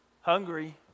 hungry